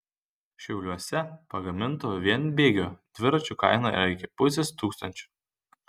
šiauliuose pagaminto vienbėgio dviračio kaina yra iki pusės tūkstančio